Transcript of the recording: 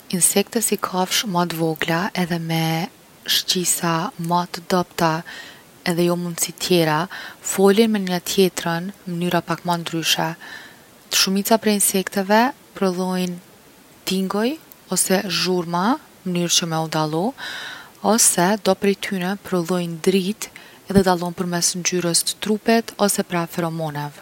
Insekte si kafshë ma t’vogla edhe me shqisa ma t’dobta edhe me jo mundsi tjera, folin me njona tjetrën n’mnyra pak ma ndryshe. Shumica prej insekteve prodhojnë tinguj ose zhurma n’mnyrë qe me u dallu. Ose do prej tyne prodhojnë dritë edhe dallohen përmes ngjyrës t’trupit ose prej aferomonev.